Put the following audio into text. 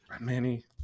Manny